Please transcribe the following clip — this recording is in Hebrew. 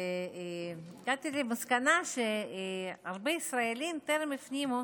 והגעתי למסקנה שהרבה ישראלים טרם הפנימו